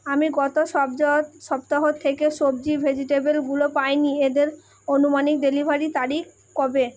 আমি গত সবজ সপ্তাহ থেকে সব্জি ভেজিটেবিলগুলো পাই নি এদের আনুমানিক ডেলিভারি তারিখ কবে